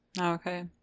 okay